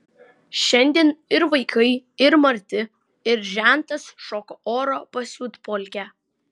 šiandien ir vaikai ir marti ir žentas šoka oro pasiutpolkę